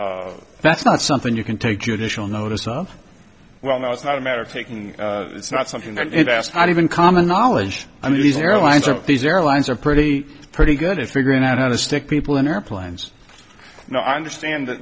is that's not something you can take judicial notice of well no it's not a matter of taking it's not something and ask not even common knowledge on these airlines or these airlines are pretty pretty good at figuring out how to stick people in airplanes now i understand that